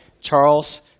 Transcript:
Charles